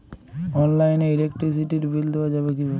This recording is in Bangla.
অনলাইনে ইলেকট্রিসিটির বিল দেওয়া যাবে কিভাবে?